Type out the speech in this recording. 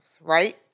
right